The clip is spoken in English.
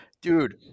dude